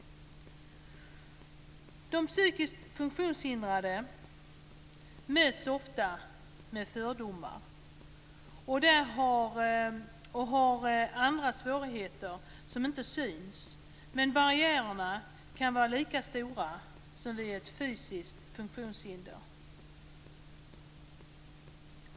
De psykiskt funktionshindrade möts ofta med fördomar och har andra svårigheter som inte syns, men barriärerna kan vara lika stora som vid ett fysiskt funktionshinder.